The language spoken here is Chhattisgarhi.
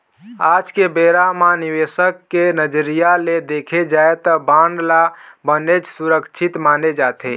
आज के बेरा म निवेसक के नजरिया ले देखे जाय त बांड ल बनेच सुरक्छित माने जाथे